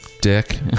dick